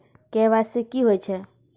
KYC की होय छै?